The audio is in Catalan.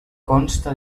consta